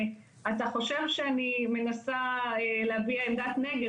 אתה חושב שאני מנסה להביא עמדת נגד,